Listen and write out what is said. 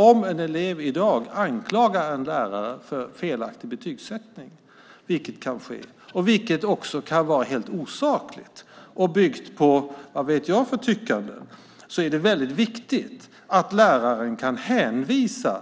Om en elev anklagar en lärare för felaktig betygssättning, vilket kan ske och vilket också kan vara helt osakligt och byggt på vad vet jag för tyckande, är det väldigt viktigt att läraren kan säga: